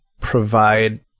provide